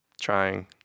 trying